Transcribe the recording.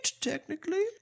technically